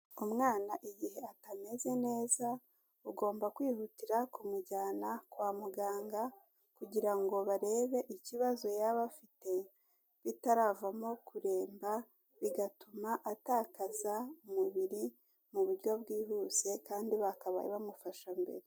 Umwana igihe atameze neza, ugomba kwihutira kumujyana kwa muganga kugira ngo barebe ikibazo yaba afite, bitaravamo kuremba bigatuma atakaza umubiri mu buryo bwihuse kandi bakabaye bamufasha mbere.